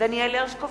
דניאל הרשקוביץ,